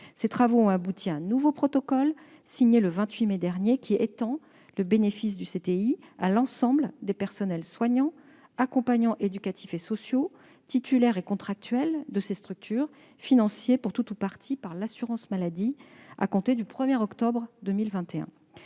Ces travaux ont abouti à un nouveau protocole, signé le 28 mai dernier, qui étend le bénéfice du CTI à l'ensemble des personnels soignants, accompagnants éducatifs et sociaux, titulaires et contractuels de ces structures financées pour tout ou partie par l'assurance maladie, à compter du 1 octobre 2021.